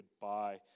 goodbye